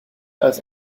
als